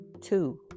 Two